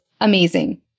amazing